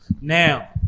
Now